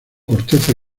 corteza